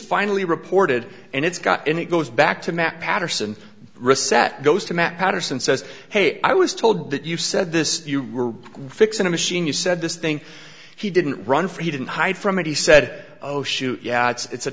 finally reported and it's got in it goes back to matt patterson reset goes to matt patterson says hey i was told that you said this you were fixing a machine you said this thing he didn't run for he didn't hide from it he said oh shoot yeah it's